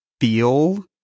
feel